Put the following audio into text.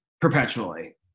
perpetually